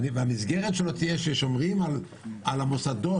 והמסגרת שלו תהיה ששומרים על המוסדות,